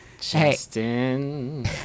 Justin